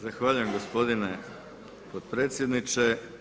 Zahvaljujem gospodine potpredsjedniče.